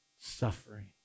suffering